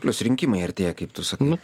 plius rinkimai artėja kaip tu sakai